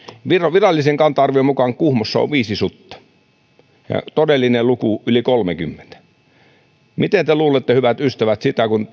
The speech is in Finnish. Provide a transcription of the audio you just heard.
virallisen kanta arvion mukaan kuhmossa on viisi sutta ja todellinen luku yli kolmekymmentä mitä te luulette hyvät ystävät kun